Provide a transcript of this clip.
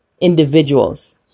individuals